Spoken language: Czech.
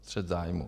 Střet zájmů.